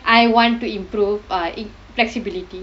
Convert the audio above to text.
I want to improve uh flexibility